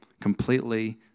completely